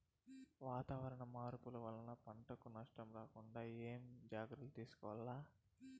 వాతావరణ మార్పులు వలన పంటలకు నష్టం రాకుండా ఏమేం జాగ్రత్తలు తీసుకోవల్ల?